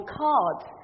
cards